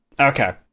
Okay